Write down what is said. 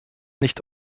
nicht